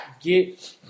get